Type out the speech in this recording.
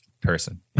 person